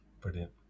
Brilliant